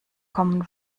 common